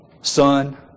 son